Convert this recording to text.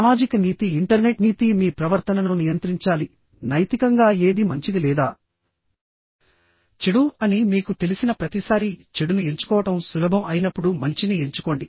సామాజిక నీతిఇంటర్నెట్ నీతి మీ ప్రవర్తనను నియంత్రించాలి నైతికంగా ఏది మంచిది లేదా చెడు అని మీకు తెలిసిన ప్రతిసారీ చెడును ఎంచుకోవడం సులభం అయినప్పుడు మంచిని ఎంచుకోండి